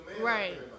Right